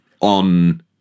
on